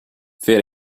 fair